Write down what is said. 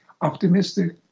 Optimistic